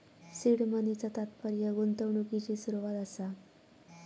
seed मनीचा तात्पर्य गुंतवणुकिची सुरवात असा